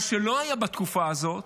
מה שלא היה בתקופה הזאת